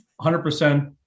100%